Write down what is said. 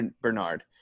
bernard